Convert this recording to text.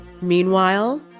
Meanwhile